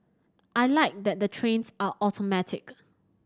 I like that the trains are automatic